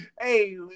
Hey